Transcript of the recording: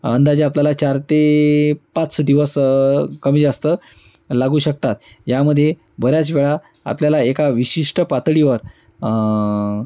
अंदाजे आपल्याला चार ते पाच दिवस कमी जास्त लागू शकतात यामध्ये बऱ्याच वेळा आपल्याला एका विशिष्ट पातळीवर